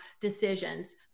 decisions